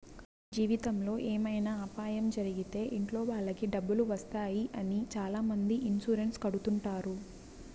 జీవితంలో ఏమైనా అపాయం జరిగితే ఇంట్లో వాళ్ళకి డబ్బులు వస్తాయి అని చాలామంది ఇన్సూరెన్స్ కడుతుంటారు